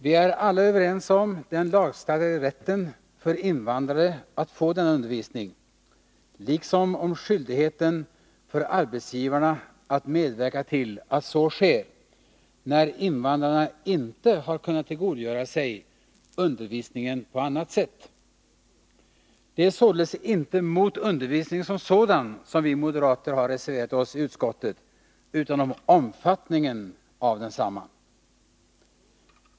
Vi är alla överens om den lagstadgade rätten för invandrare att få denna undervisning liksom om skyldigheten för arbetsgivarna att medverka till att så sker, när invandrarna inte har kunnat tillgodogöra sig undervisningen på annat sätt. Det är således inte mot undervisningen som sådan som vi moderater har reserverat oss i utskottet utan om omfattningen av densamma.